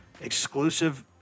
exclusive